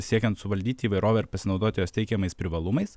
siekiant suvaldyti įvairovę ir pasinaudoti jos teikiamais privalumais